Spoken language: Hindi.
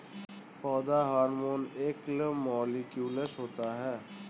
पौधा हार्मोन एकल मौलिक्यूलस होता है